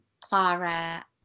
Clara